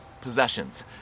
possessions